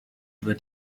über